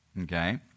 okay